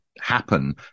happen